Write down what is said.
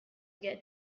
get